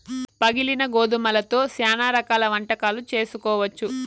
పగిలిన గోధుమలతో శ్యానా రకాల వంటకాలు చేసుకోవచ్చు